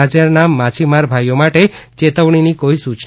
રાજ્યના માછીમાર ભાઇઓ માટે ચેતવણીની કોઇ સૂચના નથી